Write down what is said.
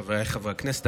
חבריי חברי הכנסת,